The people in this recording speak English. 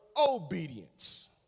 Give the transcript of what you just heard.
obedience